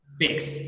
Fixed